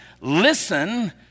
listen